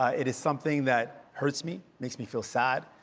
ah it is something that hurts me, makes me feel sad.